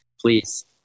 please